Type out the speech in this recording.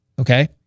Okay